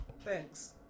thanks